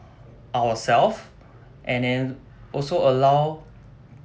ourself and then also allow